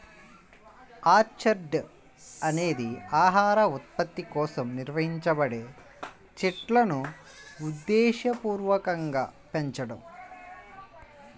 orchard అనేది ఆహార ఉత్పత్తి కోసం నిర్వహించబడే చెట్లును ఉద్దేశపూర్వకంగా పెంచడం